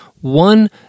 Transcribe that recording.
one